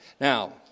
now